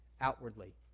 outwardly